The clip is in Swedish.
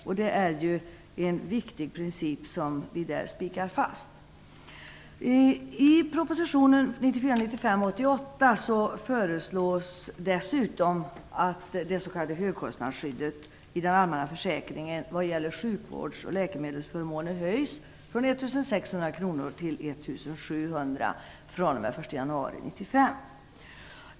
Det är ju en viktig princip som spikas fast. I proposition 1994/95:88 föreslås dessutom att det s.k. högkostnadsskyddet i den allmänna försäkringen vad gäller sjukvårds och läkemedelsförmåner höjs från 1 600 kr till 1 700 kr den 1 januari 1995.